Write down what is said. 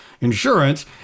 insurance